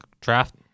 draft